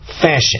fashion